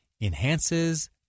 enhances